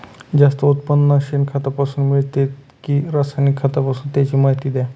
जास्त उत्पादन शेणखतापासून मिळते कि रासायनिक खतापासून? त्याची माहिती द्या